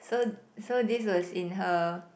so so this was in her